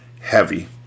Heavy